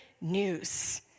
news